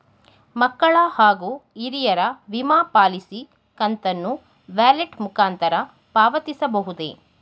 ಮಕ್ಕಳ ಹಾಗೂ ಹಿರಿಯರ ವಿಮಾ ಪಾಲಿಸಿ ಕಂತನ್ನು ವ್ಯಾಲೆಟ್ ಮುಖಾಂತರ ಪಾವತಿಸಬಹುದೇ?